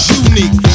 unique